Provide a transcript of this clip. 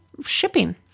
shipping